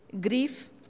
grief